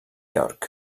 york